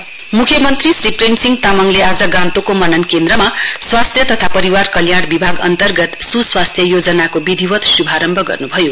सुस्वस्थ्य योजना मुख्यमन्त्री श्री प्रेमसिंह तामङले आज गान्तोकको मनन केन्द्रमा स्वास्थ्य तथा परिवार कल्याण विभाग अन्तर्गत सुस्वास्थ्य योजनाके विधिवत् शुभारम्भ गर्नुभयो